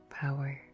power